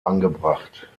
angebracht